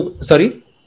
Sorry